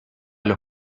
los